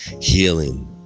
healing